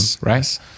right